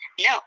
No